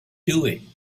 doing